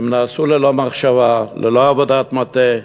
הן נעשו ללא מחשבה, ללא עבודת מטה,